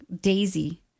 Daisy